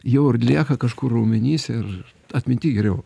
jau ir lieka kažkur raumenyse ir atminty geriau